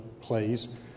plays